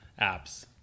apps